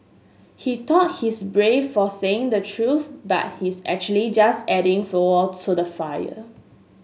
he thought he's brave for saying the truth but he's actually just adding fuel to the fire